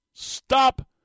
Stop